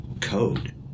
code